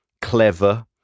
clever